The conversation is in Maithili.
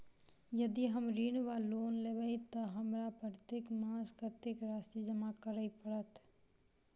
यदि हम ऋण वा लोन लेबै तऽ हमरा प्रत्येक मास कत्तेक राशि जमा करऽ पड़त?